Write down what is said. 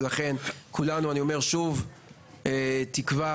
ולכן אני אומר שוב שכולנו תקווה,